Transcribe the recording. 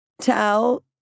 tell